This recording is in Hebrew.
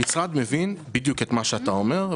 המשרד מבין בדיוק את מה שאתה אומר,